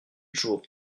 jours